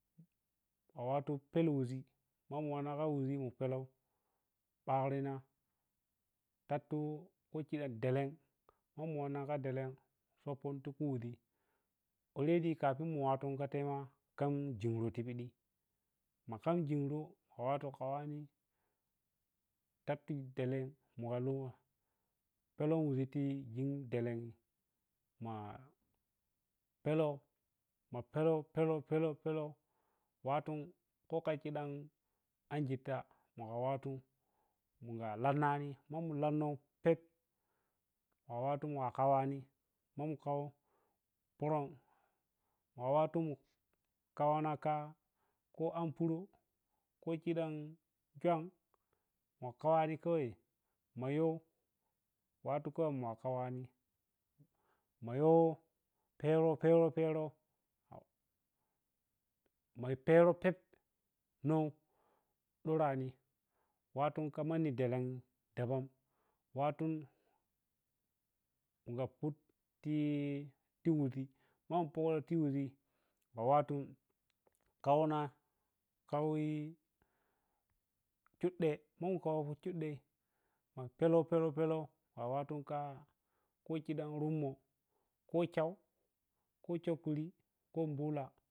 Ma wattu phelo wuʒi ma mu wanna ka wuʒi wan mu peleu ɓakyima tattu kho khidan ɗelen ma mu wanna kha delen khapantu kha wuʒi already kafin mu wattu khatai ma khan jeurati piɗi ma khan jeuro ma kham seuro kha wattu khawani tattu delen maga lewa pelau wuʒi ti yin delen ma pelan, ma phereu phereu phereu, wattu kho kha khidan anjitta maga wattu munga leu nanih mannu lam nu phep ma wattu kaunakha kho amporoh mawaty ma kauna kho an poro kho khidan kyun mu kwa kwawai ma yoh wattu khawai ma kawani ma yoh pero ko pero pero mai pero phep loh perani wattu kha manni delen delen da ben wattum munda putti ti wuʒi ma mu poh ti wuʒi ma wattu khauna khauyi kyudɗe mamu kawo kyuəɗe ma peleu peleu ma watti kha kho khidam runmoh kho khau kho khekuri kho bulah.